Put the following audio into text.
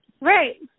Right